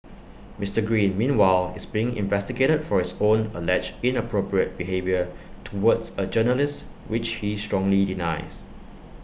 Mister green meanwhile is being investigated for his own alleged inappropriate behaviour towards A journalist which he strongly denies